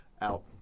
out